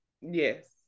yes